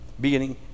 beginning